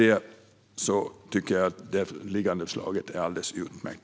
Jag tycker att det föreliggande förslaget är alldeles utmärkt.